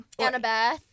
Annabeth